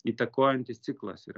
įtakojantis ciklas yra